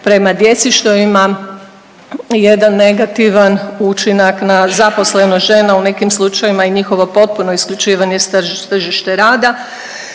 prema djeci, što ima jedan negativan učinak na zaposlenost žena, u nekim slučajevima i njihovo potpuno isključivanje s tržište rada.